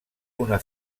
una